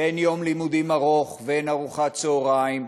ואין יום לימודים ארוך, ואין ארוחת צהריים,